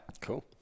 Cool